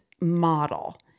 model